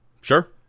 Sure